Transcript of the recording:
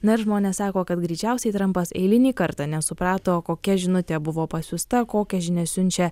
na ir žmonės sako kad greičiausiai trampas eilinį kartą nesuprato kokia žinutė buvo pasiųsta kokią žinią siunčia